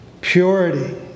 Purity